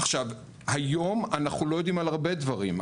עכשיו, היום אנחנו לא יודעים על הרבה דברים.